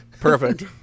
Perfect